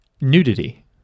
nudity